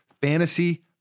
fantasy